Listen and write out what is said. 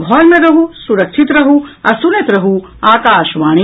घर मे रहू सुरक्षित रहू आ सुनैत रहू आकाशवाणी